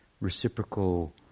reciprocal